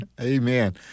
Amen